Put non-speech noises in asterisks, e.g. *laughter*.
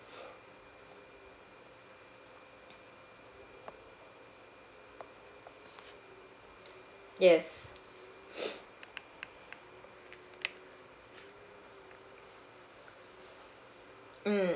*breath* yes *breath* mm